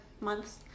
months